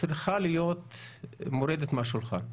צריכה להיות מורדת מהשולחן.